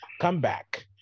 comeback